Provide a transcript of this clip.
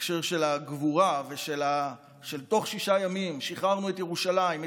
בהקשר של הגבורה ושתוך שישה ימים שחררנו את ירושלים,